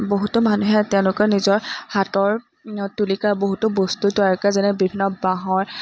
বহুতো মানুহে তেওঁলোকৰ নিজৰ হাতৰ তুলিকাৰ বহুতো বস্তু তৈয়াৰ কৰে যেনে বিভিন্ন বাঁহৰ